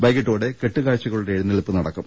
വൈകീട്ടോടെ കെട്ടുകാഴ്ചകളുടെ എഴുന്നള്ളിപ്പ് നടക്കും